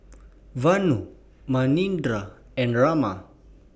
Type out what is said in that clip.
Vanu Manindra and Raman